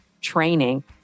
training